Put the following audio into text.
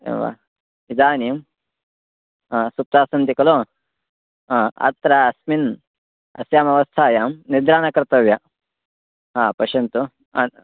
एवं वा इदानीं सुप्तासन्ति खलु हा अत्र अस्मिन् अस्यामवस्थायां निद्रा न कर्तव्या आं पश्यन्तु अत्र